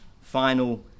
final